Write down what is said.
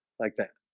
like that